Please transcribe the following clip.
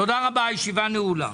תודה רבה, הישיבה נעולה.